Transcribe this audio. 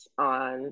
on